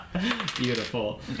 Beautiful